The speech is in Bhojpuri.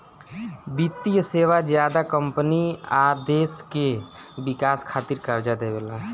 वित्तीय सेवा ज्यादा कम्पनी आ देश के विकास खातिर कर्जा देवेला